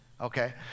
Okay